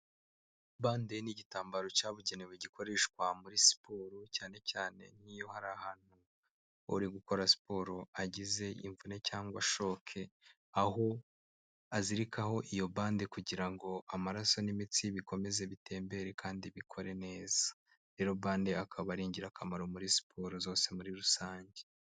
Bande ni igitambaro cyabugenewe gikoreshwa muri siporo cyane cyane nk'iyo hari ahantu uri gukora siporo agize imvune cyangwa ashoke aho azirikaho iyo bande kugira ngo amaraso n'imitsi bikomeze bitembere kandi bikore neza rero bande akaba ari ingirakamaro muri siporo zose muri rusange.